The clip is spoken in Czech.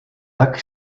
tak